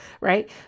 Right